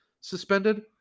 suspended